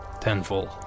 tenfold